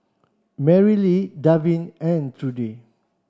Marylee Davin and Trudie